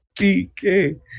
DK